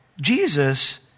Jesus